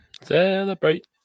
Celebrate